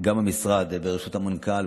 וגם המשרד בראשות המנכ"ל,